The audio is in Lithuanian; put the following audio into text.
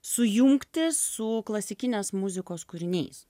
sujungti su klasikinės muzikos kūriniais